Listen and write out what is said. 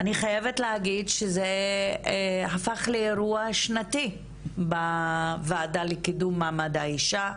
אני חייבת להגיד שזה הפך לאירוע שנתי בוועדה לקידום מעמד האישה.